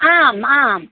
आम् आम्